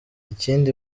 ikindi